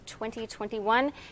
2021